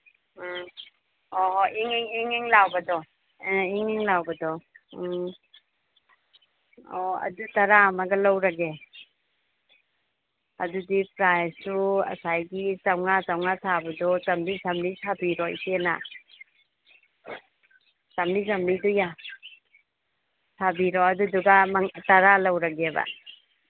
ꯎꯝ ꯑꯣ ꯍꯣꯏ ꯏꯪ ꯏꯪ ꯏꯪ ꯏꯪ ꯂꯥꯎꯕꯗꯣ ꯑ ꯏꯪ ꯏꯪ ꯂꯥꯎꯕꯗꯣ ꯎꯝ ꯑꯣ ꯑꯗꯨ ꯇꯔꯥ ꯑꯃꯒ ꯂꯧꯔꯒꯦ ꯑꯗꯨꯗꯤ ꯄ꯭ꯔꯥꯏꯁꯇꯨ ꯉꯁꯥꯏꯒꯤ ꯆꯃꯉꯥ ꯆꯃꯉꯥ ꯁꯥꯕꯗꯣ ꯆꯃꯔꯤ ꯆꯃꯔꯤ ꯁꯥꯕꯤꯔꯣ ꯏꯆꯦꯅ ꯆꯥꯃꯔꯤ ꯆꯥꯃꯔꯤꯗꯨ ꯁꯥꯕꯤꯔꯣ ꯑꯗꯨꯗꯨꯒ ꯇꯔꯥ ꯂꯧꯔꯒꯦꯕ